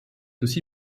aussi